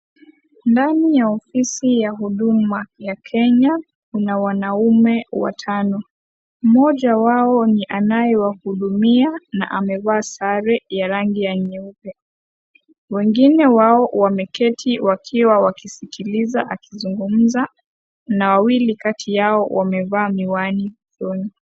Ndani ya ofisi ya huduma ya Kenya kuna wanaume watano, mmoja wao ni anayewahudumia na amevaa sare ya rangi ya nyeupe, wengine wao wameketi wakiwa wakisikiliza akizungumza na wawili kati yao wamevaa miwani usoni.